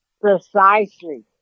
Precisely